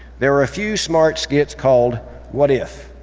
there were a few smart skits called what if?